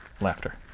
Laughter